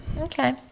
okay